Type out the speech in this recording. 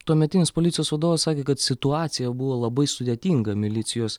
tuometinis policijos vadovas sakė kad situacija buvo labai sudėtinga milicijos